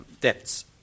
debts